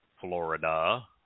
Florida